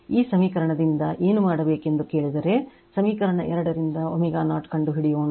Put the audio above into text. ಈ ಸಮೀಕರಣದಿಂದ ಏನು ಮಾಡಬೇಕೆಂದು ಕೇಳಿದರೆ ಸಮೀಕರಣ ಎರಡರಿಂದ ω0 ಕಂಡುಹಿಡಿಯೋಣ